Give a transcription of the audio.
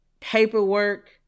paperwork